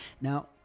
now